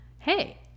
hey